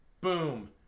boom